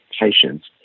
patients